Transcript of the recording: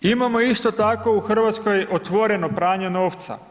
Imamo isto tako u Hrvatskoj, otvoreno pranje novca.